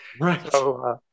Right